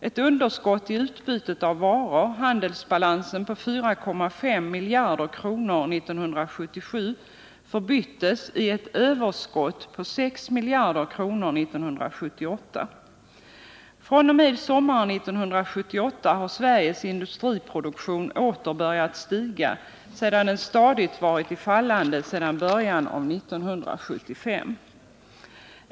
Ewu underskott i utbytet av varor, handelsbalansen, på 4,5 miljarder kronor 1977 förbyttes i ett överskott på 6 miljarder kronor 1978. fr.o.m. sommaren 1978 har Sveriges industriproduktion åter börjat stiga sedan den stadigt varit i fallande sedan början av 1975.